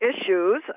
issues